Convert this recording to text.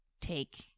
take